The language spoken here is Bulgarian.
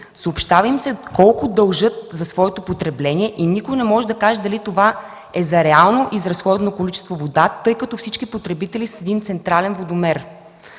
Съобщава им се колко дължат за своето потребление и никой не може да каже дали сумите са за реално изразходвано количество вода, тъй като всички потребители са с един централен водомер.